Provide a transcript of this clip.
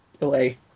away